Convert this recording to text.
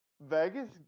Vegas